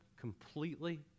completely